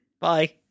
Bye